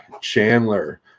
Chandler